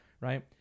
right